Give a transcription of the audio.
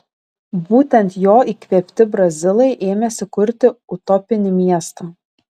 būtent jo įkvėpti brazilai ėmėsi kurti utopinį miestą